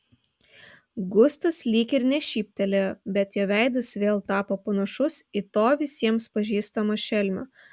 gustas lyg ir nešyptelėjo bet jo veidas vėl tapo panašus į to visiems pažįstamo šelmio